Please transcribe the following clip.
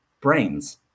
brains